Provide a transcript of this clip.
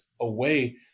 away